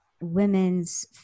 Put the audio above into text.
Women's